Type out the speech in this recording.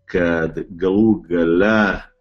kad galų gale